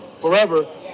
forever